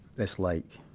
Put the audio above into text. that's like,